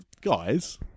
guys